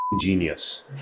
genius